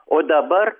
o dabar